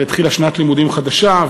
אבל התחילה שנת לימודים חדשה,